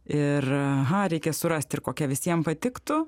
ir aha reikia surasti ir kokią visiems patiktų